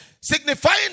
signifying